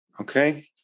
Okay